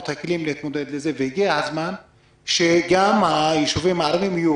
הגיע הזמן שגם היישובים הערביים יהיו